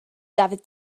dafydd